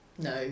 no